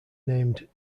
named